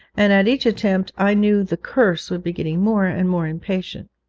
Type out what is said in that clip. and at each attempt i knew the curse would be getting more and more impatient.